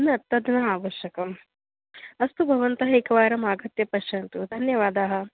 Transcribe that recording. न तद् न आवश्यकम् अस्तु भवन्तः एकवारम् आगत्य पश्यन्तु धन्यवादाः